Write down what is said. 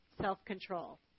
self-control